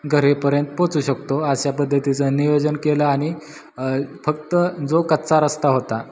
घर येईपर्यंत पोचू शकतो अशा पद्धतीचं नियोजन केलं आणि फक्त जो कच्चा रस्ता होता